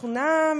תודה רבה.